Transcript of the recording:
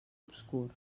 obscur